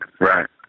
right